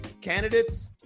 candidates